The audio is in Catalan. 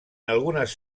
algunes